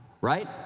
right